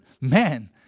man